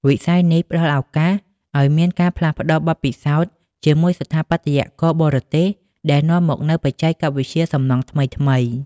វិស័យនេះផ្ដល់ឱកាសឱ្យមានការផ្លាស់ប្តូរបទពិសោធន៍ជាមួយស្ថាបត្យករបរទេស ដែលនាំមកនូវបច្ចេកវិទ្យាសំណង់ថ្មីៗ។